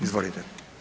Izvolite.